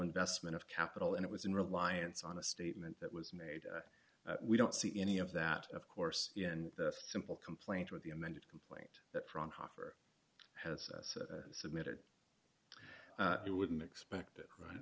investment of capital and it was in reliance on a statement that was made we don't see any of that of course in the simple complaint with the amended complaint that front hoffer has submitted we wouldn't expect it right